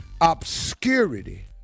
obscurity